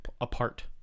apart